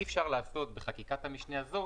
אי אפשר לעשות בחקיקת המשנה הזאת,